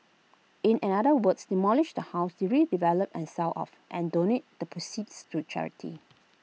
in another words demolish the house redevelop and sell off and donate the proceeds to charity